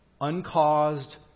uncaused